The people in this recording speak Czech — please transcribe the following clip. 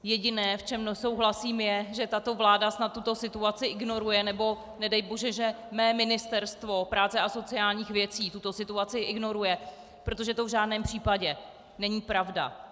Jediné, v čem nesouhlasím, je, že tato vláda snad tuto situaci ignoruje, nebo nedejbože že moje Ministerstvo práce a sociálních věcí tuto situaci ignoruje, protože to v žádném případě není pravda.